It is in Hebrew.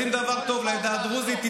עושים דבר טוב לעדה הדרוזית.